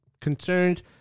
concerns